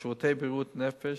בשירותי בריאות נפש,